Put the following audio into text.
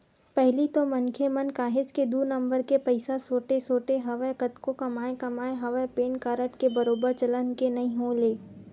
पहिली तो मनखे मन काहेच के दू नंबर के पइसा सोटे सोटे हवय कतको कमाए कमाए हवय पेन कारड के बरोबर चलन के नइ होय ले